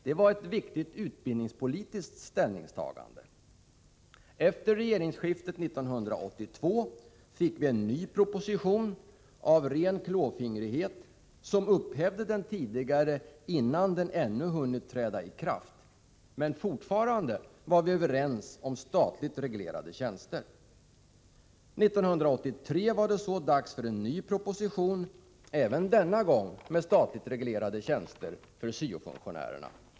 Det var ett viktigt utbildningspolitiskt ställningstagande. Efter regeringsskiftet 1982 lade regeringen av ren klåfingrighet fram en ny proposition, som upphävde den tidigare innan den hade hunnit träda i kraft, men fortfarande var vi överens om att vi skulle ha statligt reglerade tjänster. 1983 var det dags för en ny proposition, även denna gång med statligt reglerade tjänster för syo-funktionärerna.